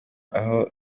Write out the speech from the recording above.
aho